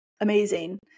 amazing